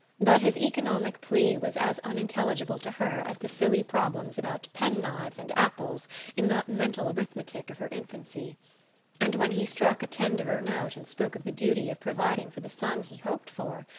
but his economic plea was as unintelligible to her as the silly problems about pen-knives and apples in the mental arithmetic of her infancy and when he struck a tenderer note and spoke of the duty of providing for the son he hoped for,